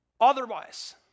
Otherwise